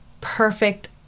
perfect